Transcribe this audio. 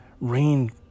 Rain